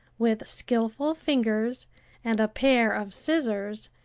with skilful fingers and a pair of scissors,